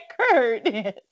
Curtis